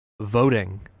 voting